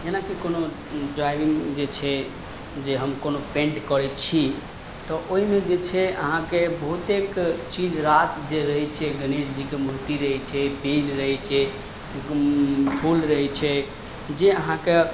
जेनाकि कोनो ड्राइविंग जे छै जे हम कोनो पेंट करय छी तऽ ओइमे जे छै अहाँके बहुतेक चीज रास जे रहय छै गणेश जीके मूर्ति रहय छै पील रहय छै फूल रहय छै जे अहाँके